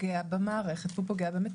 שלמה, בוא נוריד את התקרה ונעלה לך.